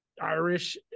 Irish